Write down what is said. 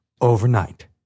overnight